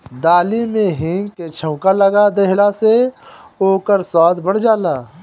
दाली में हिंग के छौंका लगा देहला से ओकर स्वाद बढ़ जाला